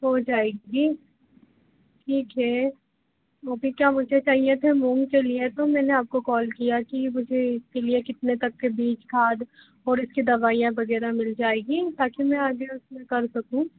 हो जाएगी ठीक हैं मुझे था मुझे चाहिए थे मूंग के लिए तो मैंने आपको कॉल किया की मुझे इसके लिए कितने तक के बीज खाद और इसके दवाइयाँ वगैरह मिल जाएगी ताकि में आगे उसमें कर सकूँ